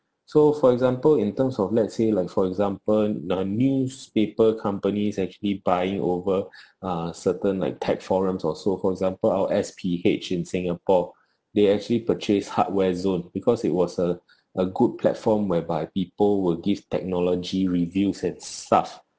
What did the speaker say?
so for example in terms of let's say like for example n~ uh newspaper companies actually buying over uh certain like tech forums or so for example our S_P_H in singapore they actually purchased hardware zone because it was a a good platform whereby people will give technology reviews and stuff